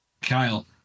Kyle